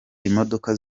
imodoka